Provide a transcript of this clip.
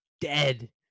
dead